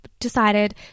decided